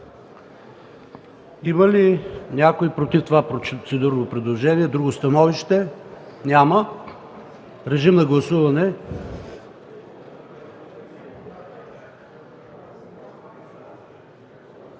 Има ли някой против това процедурно предложение, друго становище? Няма. Режим на гласуване.